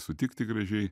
sutikti gražiai